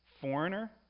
foreigner